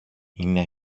είναι